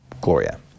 Gloria